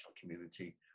community